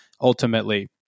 ultimately